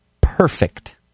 perfect